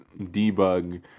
debug